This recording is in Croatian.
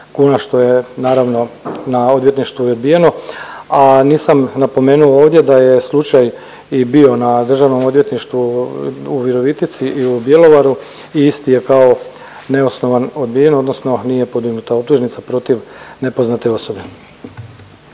što je naravno na odvjetništvu i odbijeno, a nisam napomenuo ovdje da je slučaj i bio na državnom odvjetništvu u Virovitici i u Bjelovaru i isti je pao neosnovan odbijen odnosno nije podignuta optužnica protiv nepoznate osobe.